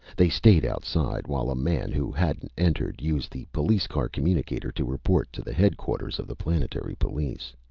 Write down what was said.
they stayed outside, while a man who hadn't entered used the police-car communicator to report to the headquarters of the planetary police.